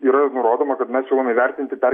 yra nurodoma kad mes siūlom įvertinti per